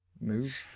Move